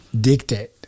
Dictate